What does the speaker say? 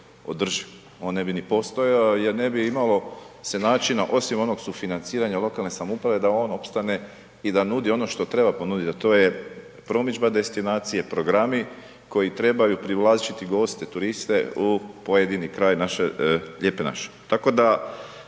on ne bi ni postojao, jer ne bi imalo se načina, osim onog sufinanciranja lokalne samouprave, da on opstane i da nudi ono što treba ponuditi, a to je promidžba destinacija, programi koji trebaju privlačiti goste, turiste u pojedini kraj Lijepe naše.